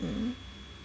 mmhmm